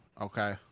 Okay